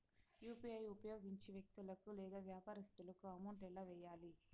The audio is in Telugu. యు.పి.ఐ ఉపయోగించి వ్యక్తులకు లేదా వ్యాపారస్తులకు అమౌంట్ ఎలా వెయ్యాలి